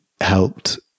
helped